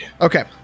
Okay